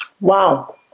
Wow